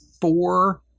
four